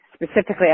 Specifically